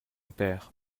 père